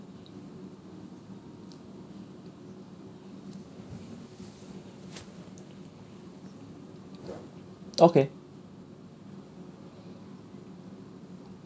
okay